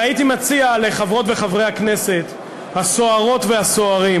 והייתי מציע לחברות הכנסת ולחברי הכנסת הסוערות והסוערים